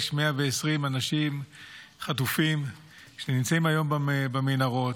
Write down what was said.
יש 120 אנשים חטופים שנמצאים היום במנהרות,